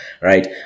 right